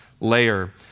layer